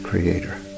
creator